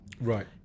Right